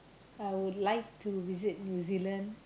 I would like to visit New Zealand